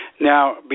Now